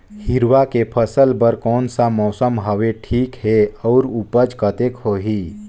हिरवा के फसल बर कोन सा मौसम हवे ठीक हे अउर ऊपज कतेक होही?